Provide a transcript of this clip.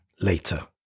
later